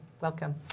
Welcome